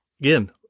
Again